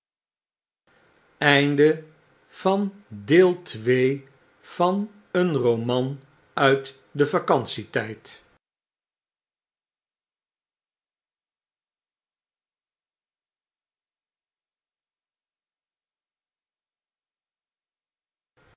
m een roman uit den vacantie tijd